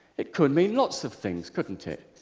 it could mean lots of things, couldn't it?